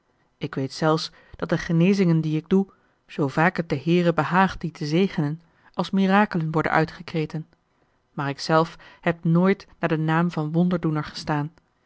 ik weet zelfs dat de genezingen die ik doe zoo vaak het den heere behaagt die te zegenen als mirakelen worden uitgekreten maar ik zelf heb nooit naar den naam van wonderdoener gestaan